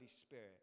Spirit